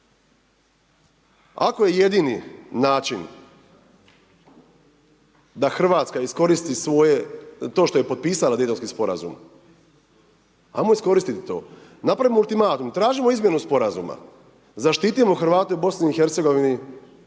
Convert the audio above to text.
Ako je jedini način da Hrvatska iskoristi svoje, to što je potpisala Daytonski sporazum, ajmo iskoristiti to, napravimo ultimatum. Tražimo izmjenu sporazuma, zaštitimo Hrvate u BiH-a jer ih